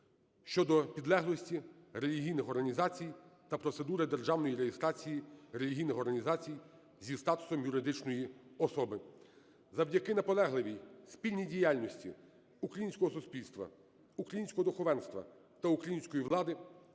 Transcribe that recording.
щодо підлеглості релігійних організацій та процедури державної реєстрації релігійних організацій зі статусом юридичної особи. Завдяки наполегливій спільній діяльності українського суспільства, українського духовенства та української влади